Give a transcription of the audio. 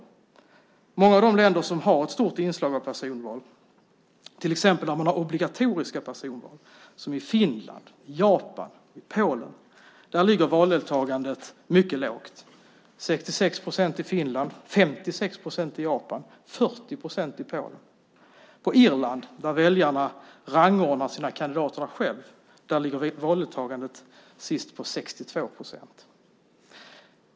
I många av de länder som har ett stort inslag av personval och till exempel där man har obligatoriska personval - i Finland, Japan och Polen - är valdeltagandet mycket lågt. I Finland ligger det på 66 procent, i Japan på 56 procent och i Polen på 40 procent. På Irland där väljarna själva rangordnar sina kandidater låg valdeltagandet senast på 62 procent.